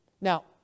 Now